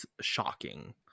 shocking